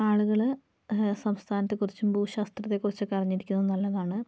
ആളുകൾ സംസ്ഥാനത്തെ കുറിച്ചും ഭൂശാസ്ത്രത്തെ കുറിച്ചും ഒക്കെ അറിഞ്ഞിരിക്കുന്നത് നല്ലതാണ്